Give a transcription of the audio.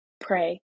pray